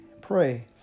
pray